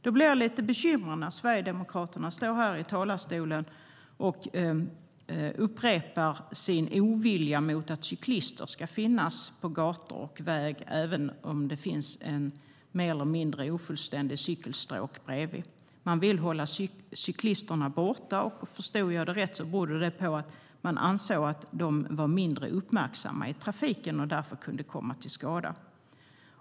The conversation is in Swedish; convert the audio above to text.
Jag blir därför lite bekymrad när Sverigedemokraterna i talarstolen upprepar sin ovilja mot att cyklister ska finnas på gator och vägar även om det finns ett mer eller mindre ofullständigt cykelstråk bredvid. De vill hålla cyklisterna borta, och förstod jag det rätt beror det på att de anser att cyklister är mindre uppmärksamma i trafiken och därför kan komma till skada.